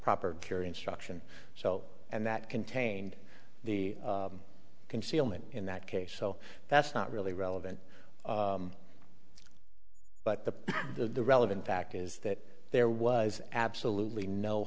proper care instruction so and that contained the concealment in that case so that's not really relevant but the the relevant fact is that there was absolutely no